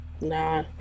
Nah